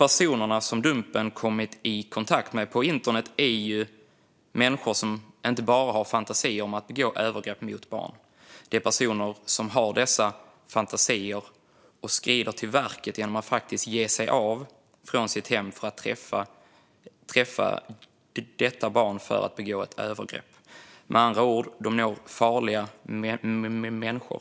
Personerna som Dumpen har kommit i kontakt med på internet är människor som inte bara har fantasier om att begå övergrepp mot barn; det är personer som har dessa fantasier och som skrider till verket genom att faktiskt ge sig av från sitt hem för att träffa detta barn för att begå ett övergrepp. Med andra ord: Man når farliga människor.